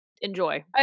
enjoy